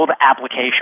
application